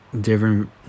different